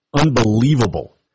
unbelievable